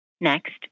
Next